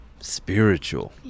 spiritual